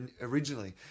originally